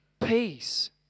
peace